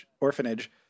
orphanage